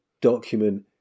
document